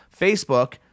Facebook